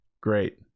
great